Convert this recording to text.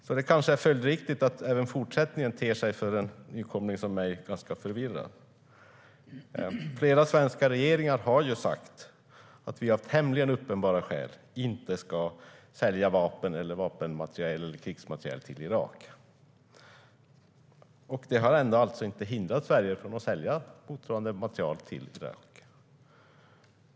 Det är kanske följdriktigt att även fortsättningen ter sig förvirrande för en nykomling som jag. Flera svenska regeringar har sagt att vi av tämligen uppenbara skäl inte ska sälja vapen eller krigsmateriel till Irak, men det har ändå inte hindrat Sverige från att sälja motsvarande materiel till Irak.